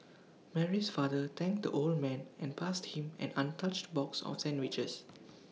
Mary's father thanked the old man and passed him an untouched box of sandwiches